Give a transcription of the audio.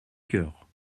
cœur